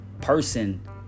person